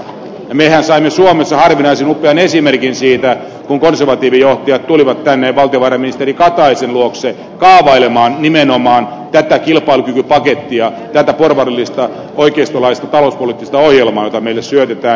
mehän saimme suomessa harvinaisen upean esimerkin siitä kun konservatiivijohtajat tulivat tänne valtiovarainministeri kataisen luokse kaavailemaan nimenomaan tätä kilpailukykypakettia tätä porvarillista oikeistolaista talouspoliittista ohjelmaa jota meille syötetään unionin kautta